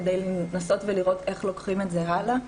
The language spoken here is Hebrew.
כדי לנסות ולראות איך לוקחים את זה הלאה.